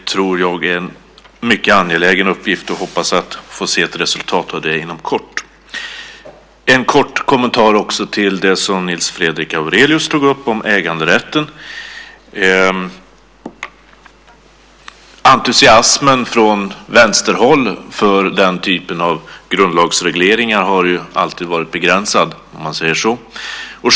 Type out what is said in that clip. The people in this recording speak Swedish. Det tror jag är en mycket angelägen uppgift. Jag hoppas få se ett resultat av det inom kort. Jag vill också kort kommentera det som Nils Fredrik Aurelius tog upp om äganderätten. Entusiasmen från vänsterhåll för den typen av grundlagsregleringar har ju alltid varit begränsad.